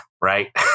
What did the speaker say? Right